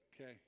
Okay